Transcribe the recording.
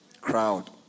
crowd